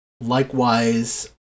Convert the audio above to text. Likewise